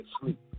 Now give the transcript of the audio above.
sleep